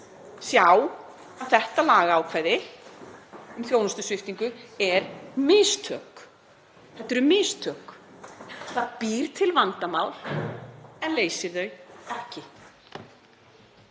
sjá að þetta lagaákvæði um þjónustusviptingu eru mistök. Þetta eru mistök, það býr til vandamál en leysir þau ekki.